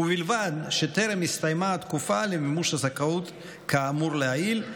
ובלבד שטרם הסתיימה התקופה למימוש הזכאות כאמור לעיל,